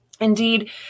Indeed